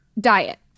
diet